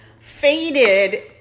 faded